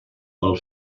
pel